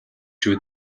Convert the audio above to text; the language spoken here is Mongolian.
шүү